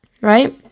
right